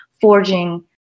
forging